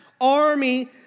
army